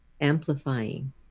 amplifying